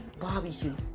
Barbecue